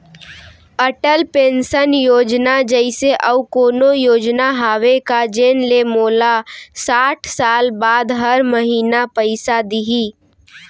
Atal pension Yojana जइसे अऊ कोनो योजना हावे का जेन ले मोला साठ साल बाद हर महीना पइसा दिही?